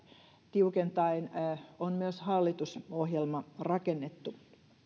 tiukentaen on myös hallitusohjelma rakennettu